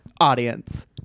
audience